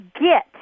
get